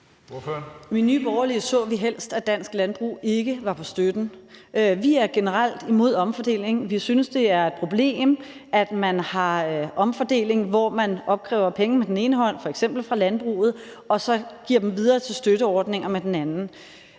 I Nye Borgerlige så vi helst, at dansk landbrug ikke var på støtten. Vi er generelt imod omfordeling. Vi synes, det er et problem, at man har omfordeling, hvor man opkræver penge med den ene hånd, f.eks. fra landbruget, og så giver dem videre til støtteordninger med den anden.